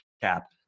cap